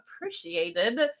appreciated